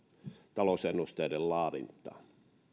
talousennusteiden laadintaa